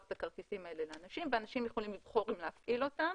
את הכרטיסים האלה לאנשים ואנשים יכולים לבחור אם להפעיל אותם,